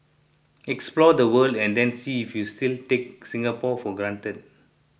explore the world and then see if you still take Singapore for granted